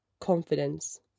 confidence